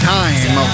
time